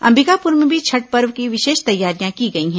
अंबिकापुर में भी छठ पर्व की विशेष तैयारियां की गई हैं